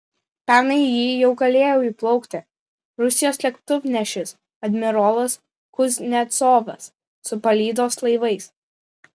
pernai į jį jau galėjo įplaukti rusijos lėktuvnešis admirolas kuznecovas su palydos laivais